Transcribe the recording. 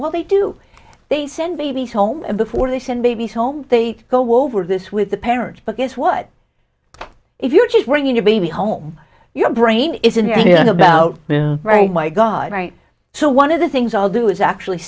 what they do they send babies home before they send babies home they go over this with the parents but guess what if you're just bringing your baby home your brain isn't yet about right my god right so one of the things i'll do is actually